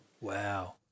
wow